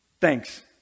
Thanks